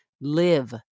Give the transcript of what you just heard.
live